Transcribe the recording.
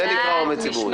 זה נקרא אומץ ציבורי.